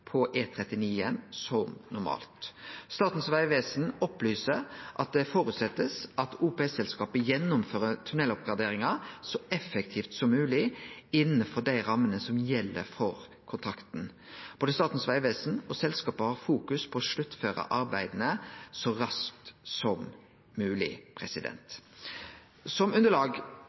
på E39 som normalt. Statens vegvesen opplyser at ein føreset at OPS-selskapet gjennomfører tunneloppgraderinga så effektivt som mogleg innanfor dei rammene som gjeld for kontrakten. Både Statens vegvesen og selskapet har fokus på å sluttføre arbeidet så raskt som mogleg. Som underlag